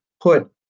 put